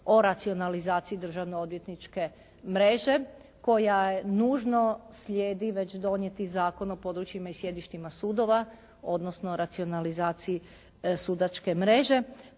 o racionalizaciji državnoodvjetničke mreže koja nužno slijedi već donijeti Zakon o područjima i sjedištima sudovima odnosno racionalizaciji sudačke mreže